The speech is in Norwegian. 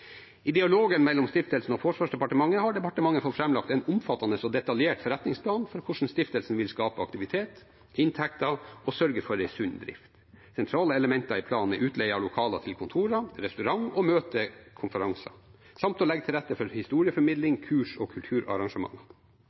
I dialogen mellom stiftelsen og Forsvarsdepartementet har departementet fått framlagt en omfattende og detaljert forretningsplan for hvordan stiftelsen vil skape aktivitet, inntekter og sørge for en sunn drift. Sentrale elementer i planen er utleie av lokaler til kontorer, restaurant, møter og konferanser samt å legge til rette for historieformidling, kurs og